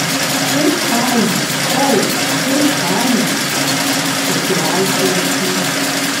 kaip faina oi kaip faina tokiu valso ritmu